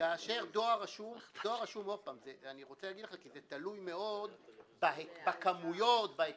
דואר רשום זה תלוי מאוד בכמויות, בהיקפים,